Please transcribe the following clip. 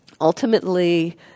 Ultimately